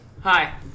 Hi